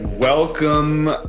welcome